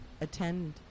attend